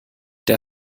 der